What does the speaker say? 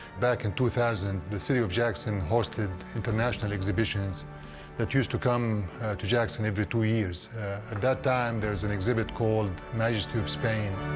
back in two thousand, the city of jackson hosted international exhibitions that used to come to jackson every two years. at that time, there was an exhibit called the majesty of spain,